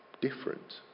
different